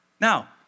Now